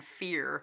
fear